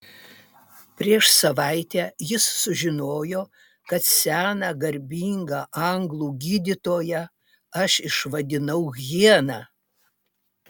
prieš savaitę jis sužinojo kad seną garbingą anglų gydytoją aš išvadinau hiena